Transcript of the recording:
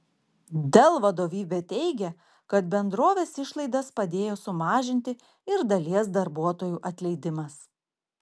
dell vadovybė teigia kad bendrovės išlaidas padėjo sumažinti ir dalies darbuotojų atleidimas